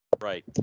Right